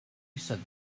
said